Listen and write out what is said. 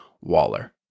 Waller